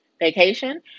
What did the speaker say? vacation